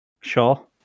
sure